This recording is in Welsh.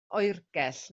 oergell